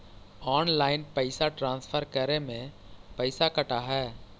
Online पैसा transfer करे में पैसा कटा है?